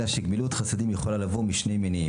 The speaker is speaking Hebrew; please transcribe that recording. אלא שגמילות חסדים יכולה לבוא משני מניעים: